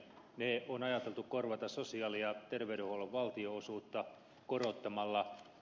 ne on ajateltu korvata sosiaali ja terveydenhuollon valtionosuutta korottamalla